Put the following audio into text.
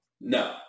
No